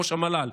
ראש המל"ל.